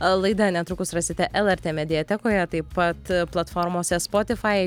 laidą netrukus rasite lrt mediatekoje taip pat platformose spotifai